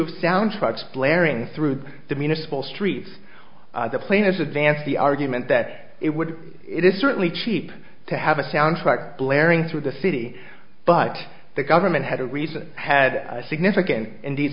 of soundtracks blaring through the municipal streets the plane has advanced the argument that it would it is certainly cheap to have a soundtrack blaring through the city but the government had a reason had a significant indeed